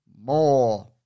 more